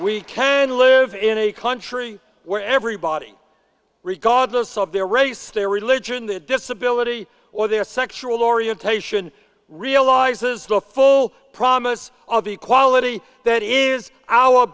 only can live in a country where everybody regardless of their race their religion their disability or their sexual orientation realizes the full promise of equality that is our